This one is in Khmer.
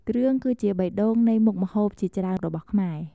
គ្រឿងគឺជាបេះដូងនៃមុខម្ហូបជាច្រើនរបស់ខ្មែរ។